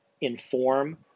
Inform